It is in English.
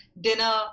dinner